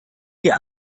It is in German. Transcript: dir